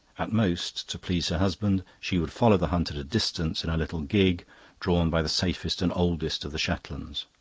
at most, to please her husband, she would follow the hunt at a distance in a little gig drawn by the safest and oldest of the shetlands.